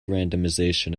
randomization